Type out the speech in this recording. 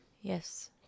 yes